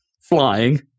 flying